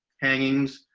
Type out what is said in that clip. hangings,